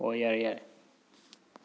ꯍꯣꯏ ꯌꯥꯔꯦ ꯌꯥꯔꯦ